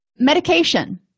Medication